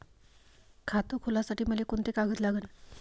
खात खोलासाठी मले कोंते कागद लागन?